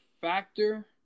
factor